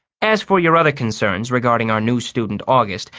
as for your other concerns regarding our new student august,